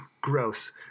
Gross